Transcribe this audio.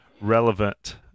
relevant